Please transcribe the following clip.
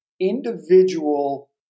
individual